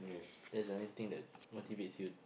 that's the only thing that motivates you